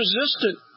resistant